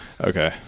Okay